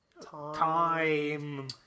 Time